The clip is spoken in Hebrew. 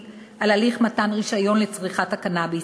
את הליך מתן הרישיון לצריכת הקנאביס.